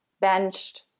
benched